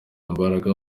imbaraga